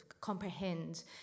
comprehend